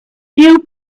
few